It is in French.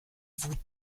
vous